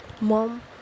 Mom